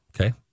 Okay